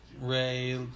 Ray